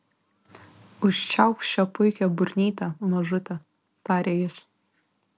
užčiaupk šią puikią burnytę mažute tarė jis